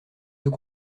deux